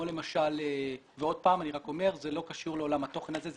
שוב אני אומר שזה לא קשור לעולם התוכן הזה.